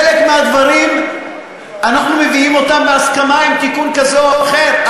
חלק מהדברים אנחנו מביאים בהסכמה עם תיקון כזה או אחר,